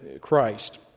Christ